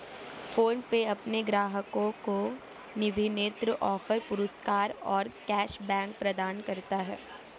PhonePe अपने ग्राहकों को विभिन्न ऑफ़र, पुरस्कार और कैश बैक प्रदान करता है